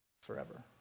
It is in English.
forever